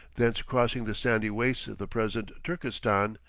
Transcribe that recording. thence crossing the sandy wastes of the present turkestan,